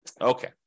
Okay